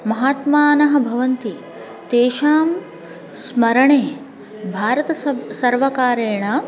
महात्मानः भवन्ति तेषां स्मरणे भारतसर्व सर्वकारेण